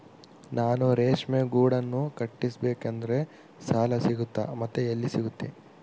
ನಾನು ರೇಷ್ಮೆ ಗೂಡನ್ನು ಕಟ್ಟಿಸ್ಬೇಕಂದ್ರೆ ಸಾಲ ಸಿಗುತ್ತಾ ಮತ್ತೆ ಎಲ್ಲಿ ಸಿಗುತ್ತೆ?